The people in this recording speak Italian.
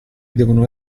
devono